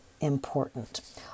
important